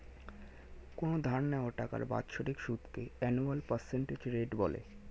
কোনো ধার নেওয়া টাকার বাৎসরিক সুদকে অ্যানুয়াল পার্সেন্টেজ রেট বলে